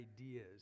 ideas